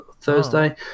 Thursday